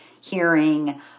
hearing